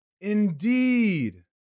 Indeed